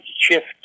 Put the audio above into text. shift